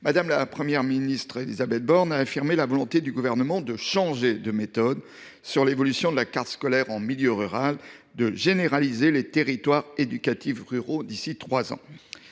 Mme la Première ministre, Élisabeth Borne, a affirmé la volonté du Gouvernement de « changer de méthode » sur l’évolution de la carte scolaire en milieu rural et de généraliser les territoires éducatifs ruraux (TER) d’ici à trois ans.